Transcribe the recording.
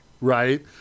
Right